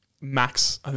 max